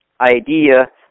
idea